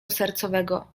sercowego